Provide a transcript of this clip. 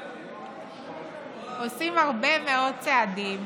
עושים הרבה מאוד צעדים